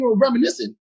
reminiscent